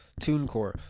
TuneCore